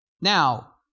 Now